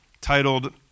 titled